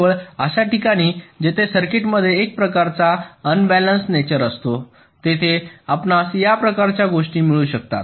केवळ अशा ठिकाणी जेथे सर्किटमध्ये एक प्रकारचा अंबालान्सड नेचर असतो तेथे आपणास या प्रकारच्या गोष्टी मिळू शकतात